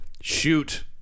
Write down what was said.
Shoot